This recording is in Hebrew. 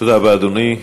תודה רבה, אדוני.